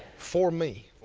for me.